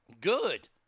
Good